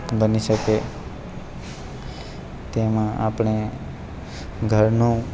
બની શકીએ તેમાં આપણે ઘરનું